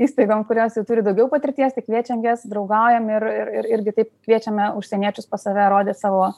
įstaigom kurios jau turi daugiau patirties tai kviečiam jas draugaujam ir ir irgi taip kviečiame užsieniečius pas save rodyt savo